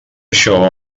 això